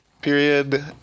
period